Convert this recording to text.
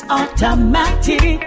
automatic